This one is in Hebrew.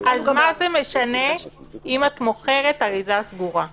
אז מה זה משנה אם את מוכרת אריזה סגורה באוכל?